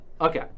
Okay